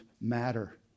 matter